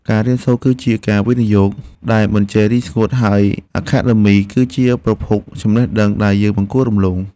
ការរៀនសូត្រ គឺជាការវិនិយោគដែលមិនចេះរីងស្ងួតហើយខាន់អាខាដឺមី គឺជាប្រភពចំណេះដឹងដែលយើងមិនគួររំលង។